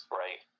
right